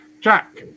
jack